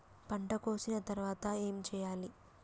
పంట కోసిన తర్వాత ఏం చెయ్యాలి?